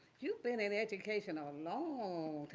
you've been in education ah you know